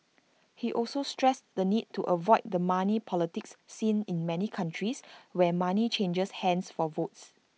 he also stressed the need to avoid the money politics seen in many countries where money changes hands for votes